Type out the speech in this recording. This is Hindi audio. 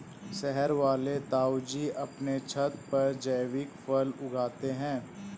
शहर वाले ताऊजी अपने छत पर जैविक फल उगाते हैं